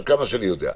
עד כמה שאני יודע,